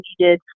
needed